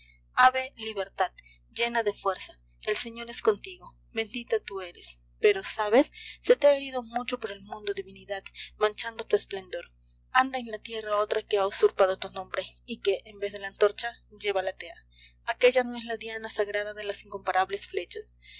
libertad llena de fuerza el señor es contigo bendita tú eres pero sabes se te ha herido mucho por el mundo divinidad manchando tu esplendor anda en la tierra otra que ha usurpado tu nombre y que en vez de la antorcha lleva la tea aquélla no es la diana sagrada de las incomparables flechas